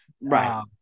Right